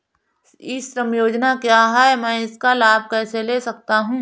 ई श्रम योजना क्या है मैं इसका लाभ कैसे ले सकता हूँ?